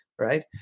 right